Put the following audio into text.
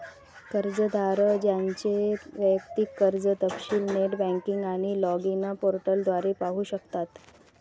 कर्जदार त्यांचे वैयक्तिक कर्ज तपशील नेट बँकिंग आणि लॉगिन पोर्टल द्वारे पाहू शकतात